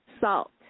salt